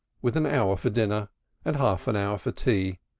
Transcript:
with an hour for dinner and half an hour for tea,